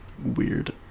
Weird